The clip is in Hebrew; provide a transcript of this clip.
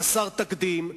חסר תקדים,